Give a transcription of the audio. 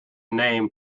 name